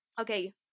Okay